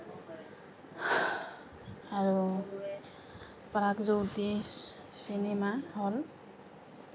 আৰু প্ৰাগজ্যোতিষ চিনেমা হল